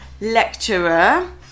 lecturer